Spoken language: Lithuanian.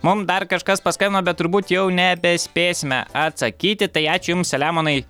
mum dar kažkas paskambino bet turbūt jau nebespėsime atsakyti tai ačiū jums seliamonai